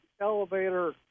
elevator